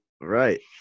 Right